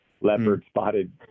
leopard-spotted